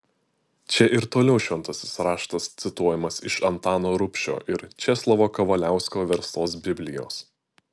čia ir toliau šventasis raštas cituojamas iš antano rubšio ir česlovo kavaliausko verstos biblijos